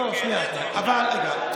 לא, שנייה, רגע.